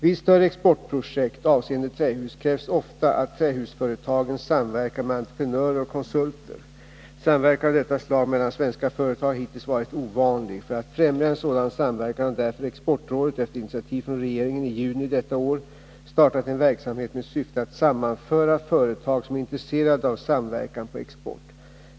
Vid större exportprojekt avseende trähus krävs ofta att trähusföretagen samverkar med entreprenörer och konsulter. Samverkan av detta slag mellan svenska företag har hittills varit ovanlig. För att främja en sådan samverkan har därför exportrådet efter initiativ från regeringen i juni detta år startat en verksamhet med syfte att sammanföra företag som är intresserade av samverkan på export.